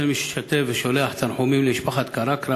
וכן משתתף בצער ושולח תנחומים למשפחת קראקרה